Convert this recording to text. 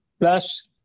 Plus